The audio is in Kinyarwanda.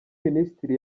minisitiri